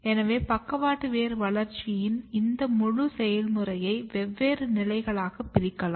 எனவே பக்கவாட்டு வேர் வளர்ச்சியின் இந்த முழு செயல்முறையையும் வெவ்வேறு நிலைகளாக பிரிக்கலாம்